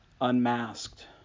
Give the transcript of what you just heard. unmasked